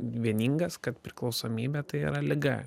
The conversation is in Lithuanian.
vieningas kad priklausomybė tai yra liga